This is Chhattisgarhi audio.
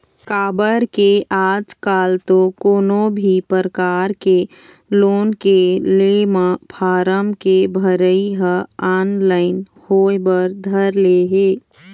काबर के आजकल तो कोनो भी परकार के लोन के ले म फारम के भरई ह ऑनलाइन होय बर धर ले हे